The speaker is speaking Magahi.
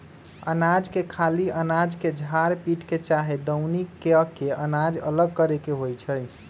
अनाज के खाली अनाज के झार पीट के चाहे दउनी क के अनाज अलग करे के होइ छइ